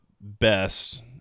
best